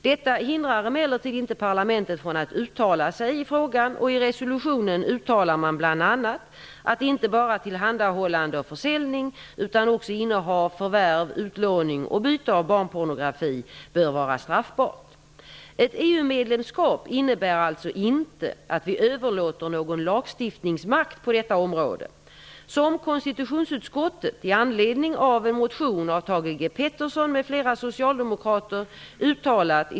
Detta hindrar emellertid inte parlamentet från att uttala sig i frågan, och i resolutionen uttalar man bl.a. att inte bara tillhandahållande och försäljning utan också innehav, förvärv, utlåning och byte av barnpornografi bör vara straffbart. Ett EU-medlemskap innebär alltså inte att vi överlåter någon lagstiftningsmakt på detta område.